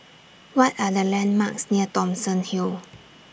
What Are The landmarks near Thomson Hill